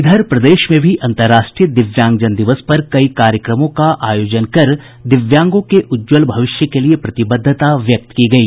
इधर प्रदेश में भी अंतर्राष्ट्रीय दिव्यांग जन दिवस पर कई कार्यक्रमों का आयोजन कर दिव्यांगों के उज्ज्वल भविष्य के लिए प्रतिबद्धता व्यक्त की गयी